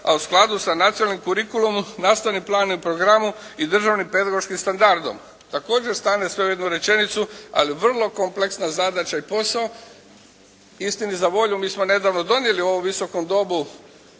a u skladu sa nacionalnim «curriculum», nastavnim planom i programom i državnim pedagoškim standardom. Također stane sve u jednu rečenicu, ali vrlo kompleksna zadaća i posao. Istini za volju mi smo nedavno donijeli u ovom Visokom domu